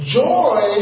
joy